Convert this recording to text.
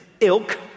ilk